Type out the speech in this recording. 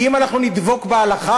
כי אם אנחנו נדבק בהלכה,